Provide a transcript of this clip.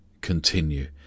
continue